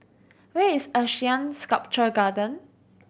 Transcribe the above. where is ASEAN Sculpture Garden